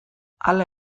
hala